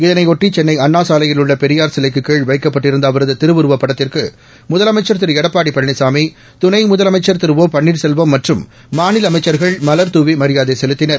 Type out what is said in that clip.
இதனையொட்டி சென்னை அண்ணா சாலையில் உள்ள பெரியார் சிலைக்கு கீழ் வைக்கப்பட்டிருந்த அவரது திருவுருவப் படத்திற்கு முதலமைச்சர் திரு எடப்பாடி பழனிசாமி துணை முதலமைச்சர் திரு ஓ பன்னீர்செல்வம் மற்றும் மாநில அமைச்சர்கள் மலர்தூவி மரியாதை செலுத்தினர்